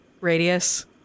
radius